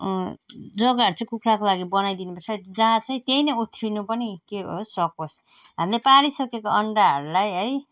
जग्गाहरू चाहिँ कुखुराको लागि बनाइदिनु पर्छ जहाँ चाहिँ त्यही नै ओथ्रिनु पनि के सकोस् हामीले पारिसकेको अन्डाहरूलाई है